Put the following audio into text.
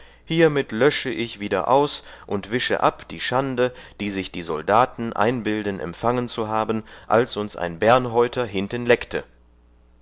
hiermit lösche ich wieder aus und wische ab die schande die sich die soldaten einbilden empfangen zu haben als uns ein bärnhäuter